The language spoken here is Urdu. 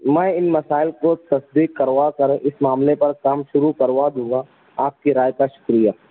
میں ان مسائل کو تصدیق کروا کر اس معاملے پر کام شروع کروا دوں گا آپ کی رائے کا شکریہ